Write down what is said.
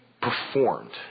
performed